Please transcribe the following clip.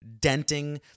denting